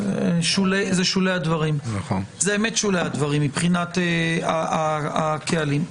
זה שולי הדברים מבחינת הקהלים.